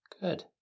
Good